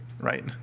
right